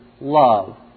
love